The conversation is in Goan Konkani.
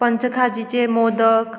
पंचखाजीचे मोदक